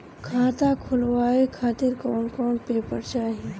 खाता खुलवाए खातिर कौन कौन पेपर चाहीं?